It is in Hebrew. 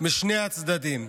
משני הצדדים.